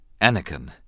Anakin